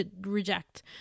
reject